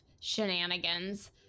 shenanigans